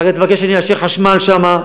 ואחר כך תבקש שאני אאשר חשמל שם,